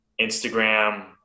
Instagram